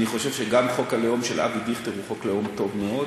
אני חושב שגם חוק הלאום של אבי דיכטר הוא חוק לאום טוב מאוד.